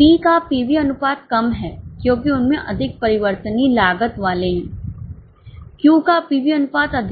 P का PV अनुपात कम है क्योंकि उनमें अधिक परिवर्तनीय लागत वाले हैं Q का पीवी अनुपात अधिक है